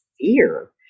fear